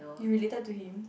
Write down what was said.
you related to him